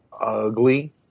ugly